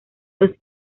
los